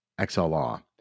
XLR